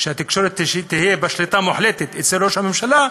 שהתקשורת תהיה בשליטה מוחלטת אצל ראש הממשלה,